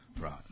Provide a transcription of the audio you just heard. Right